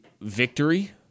victory